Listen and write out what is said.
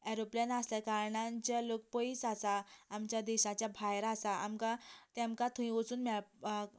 aeroplane आसल्या कारणान जे लोक पयस आसा आमच्या देशाच्या भायर आसा आमकां तेमकां थंय वचून मेळपाक